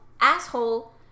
asshole